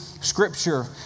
Scripture